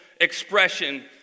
expression